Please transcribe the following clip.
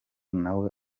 nawe